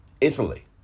Italy